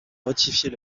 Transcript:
ratifier